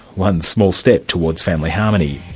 one small step towards family harmony.